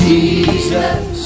Jesus